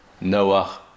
Noah